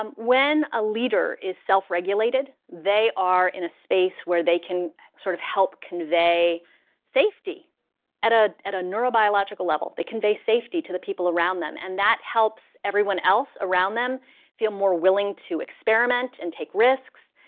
um when a leader is self-regulated, they are in a space where they can sort of help convey safety at ah at a neurobiological level. they convey safety to the people around them, and that helps everyone else around them feel more willing to experiment and take risks,